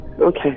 Okay